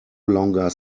longer